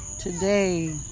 Today